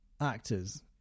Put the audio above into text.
actors